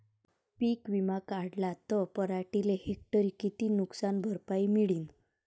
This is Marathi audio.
पीक विमा काढला त पराटीले हेक्टरी किती नुकसान भरपाई मिळीनं?